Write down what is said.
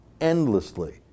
endlessly